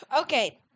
Okay